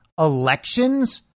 elections